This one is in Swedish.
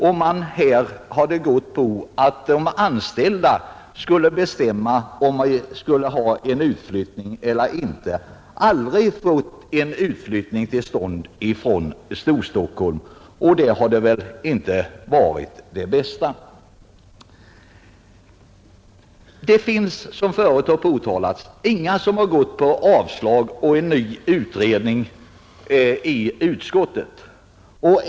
Om de anställda skulle bestämma huruvida det skulle bli någon utflyttning skulle vi alltså aldrig ha fått en utflyttning till stånd från Storstockholm, och det hade väl inte varit vad reservanterna tänkt sig. Som tidigare påtalats har ingen i utskottet gått på avslag och ny utredning.